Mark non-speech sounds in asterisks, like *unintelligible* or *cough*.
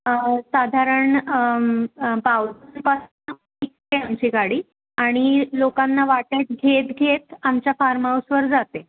साधारण *unintelligible* आमची गाडी आणि लोकांना वाटेत घेत घेत आमच्या फार्म हाऊसवर जाते